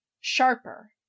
sharper